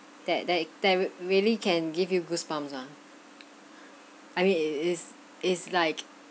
that that that really can give you goosebumps ah I mean it is is like